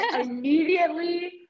immediately